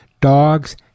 dogs